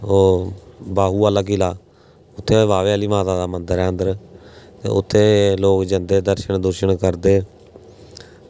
ओह् बाहु आह्ला किला उत्थै बाह्वे आह्ली माता दा मंदर ऐ अंदर ते उत्थै लोग जंदे दर्शन करदे